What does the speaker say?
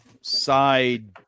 side